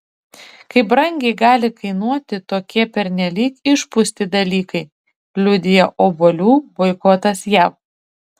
kaip brangiai gali kainuoti tokie pernelyg išpūsti dalykai liudija obuolių boikotas jav